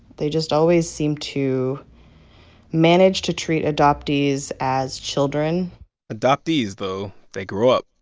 they just always seem to manage to treat adoptees as children adoptees, though, they grow up.